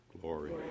Glory